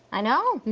i know.